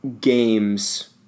games